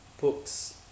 books